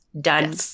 Done